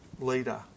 leader